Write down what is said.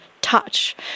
touch